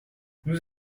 nous